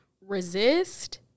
resist